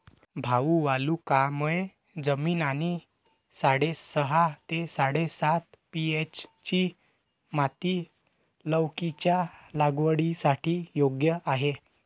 भाऊ वालुकामय जमीन आणि साडेसहा ते साडेसात पी.एच.ची माती लौकीच्या लागवडीसाठी योग्य आहे